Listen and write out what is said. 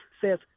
says